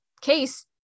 case